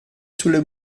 sulle